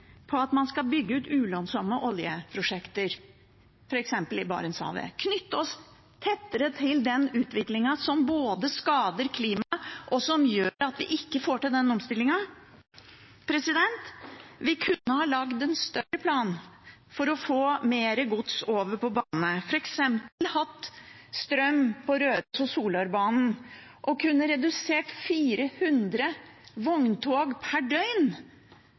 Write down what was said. at man skal bygge ut ulønnsomme oljeprosjekter, f.eks. i Barentshavet, og knytte oss tettere til den utviklingen som både skader klimaet, og som gjør at vi ikke får til den omstillingen. Vi kunne ha laget en større plan for å få mer gods over på bane. Vi kunne f.eks. hatt strøm på Rørosbanen og Solørbanen, og vi kunne redusert